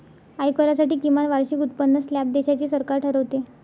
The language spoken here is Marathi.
आयकरासाठी किमान वार्षिक उत्पन्न स्लॅब देशाचे सरकार ठरवते